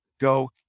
go